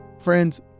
Friends